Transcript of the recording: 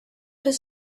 his